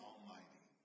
Almighty